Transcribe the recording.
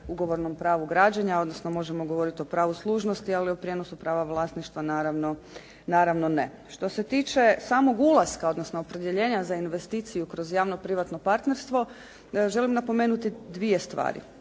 ugovornom pravu građena, odnosno možemo govoriti o pravu služnosti, ali o prijenosu prava vlasništva, naravno ne. Što se tiče samog ulaska, odnosno opredijeljena za investiciju kroz javno privatno partnerstvo želim napomenuti dvije stvari.